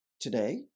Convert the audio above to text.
today